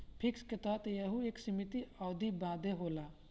fix के तरह यहू एक सीमित अवधी बदे होला